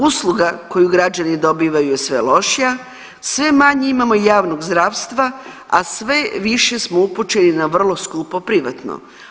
Usluga koju građani dobivaju je sve lošija, sve manje imamo javnog zdravstva, a sve više smo upućeni na vrlo skupo privatno.